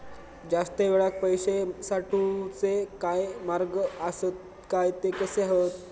जास्त वेळाक पैशे साठवूचे काय मार्ग आसत काय ते कसे हत?